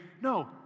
no